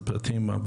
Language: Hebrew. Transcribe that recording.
לא חסרים תקנים.